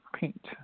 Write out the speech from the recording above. paint